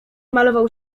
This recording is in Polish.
malował